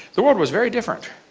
the world was very different.